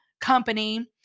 company